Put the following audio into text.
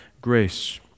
grace